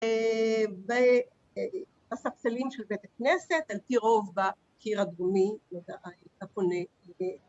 בספסלים של בית הכנסת על פי רוב בקיר הדרומי